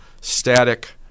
static